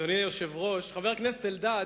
אדוני היושב-ראש, חבר הכנסת אלדד,